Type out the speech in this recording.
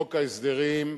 בחוק ההסדרים,